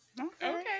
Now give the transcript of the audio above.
Okay